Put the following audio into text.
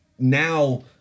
now